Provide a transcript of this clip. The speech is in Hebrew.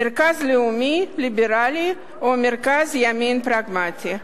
מרכז לאומי ליברלי או מרכז ימין פרגמטי.